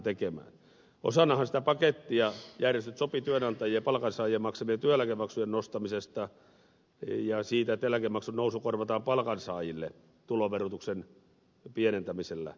osana sitä pakettiahan järjestöt sopivat työantajien ja palkansaajien maksamien työeläkemaksujen nostamisesta ja siitä että eläkemaksun nousu korvataan palkansaajille tuloverotuksen pienentämisellä